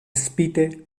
spite